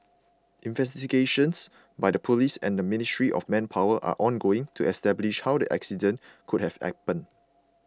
investigations by the police and the Ministry of Manpower are ongoing to establish how the accident could have happened